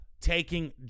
taking